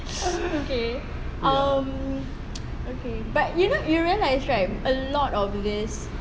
okay mm okay but you don't you realise right a lot of this